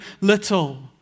little